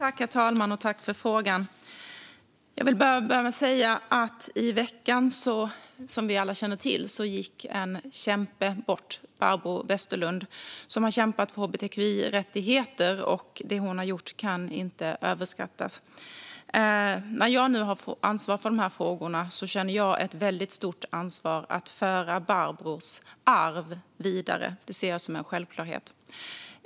Herr talman! Jag tackar ledamoten för frågan. Som vi alla känner till gick Barbro Westerholm bort i veckan. Hon var en kämpe för hbtqi-rättigheter, och det hon gjorde kan inte överskattas. Som ansvarig för dessa frågor känner jag ett stort ansvar att föra Barbros arv vidare. Jag ser det som en självklarhet.